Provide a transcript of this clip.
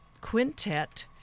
Quintet